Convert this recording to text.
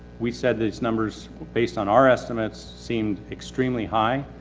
we've said these numbers based on our estimates seem extremely high.